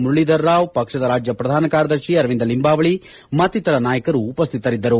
ಮುರಳಧರ್ ರಾವ್ ಪಕ್ಷದ ರಾಜ್ಯ ಪ್ರಧಾನ ಕಾರ್ಯದರ್ಶಿ ಅರವಿಂದ ಲಿಂಬಾವಳಿ ಮತ್ತಿತರ ನಾಯಕರು ಉಪ್ಯುತರಿದ್ದರು